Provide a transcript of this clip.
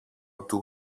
του